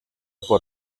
por